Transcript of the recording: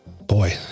boy